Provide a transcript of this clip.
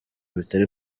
bitari